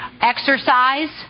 exercise